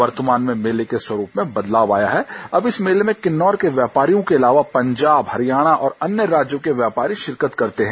वर्तमान में मेले के स्वरूप में बदलाव आया है अब इस मेले में किन्नौर के व्यापारियों के अलावा पंजाब हरियाणा और अन्य राज्यों के व्यापारी शिरकत करते हैं